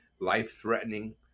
life-threatening